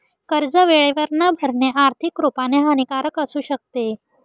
कर्ज वेळेवर न भरणे, आर्थिक रुपाने हानिकारक असू शकते